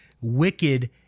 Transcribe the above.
wicked